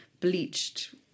bleached